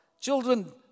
Children